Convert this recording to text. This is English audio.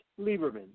Lieberman